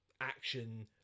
action